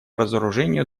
разоружению